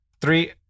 Three